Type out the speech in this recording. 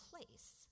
place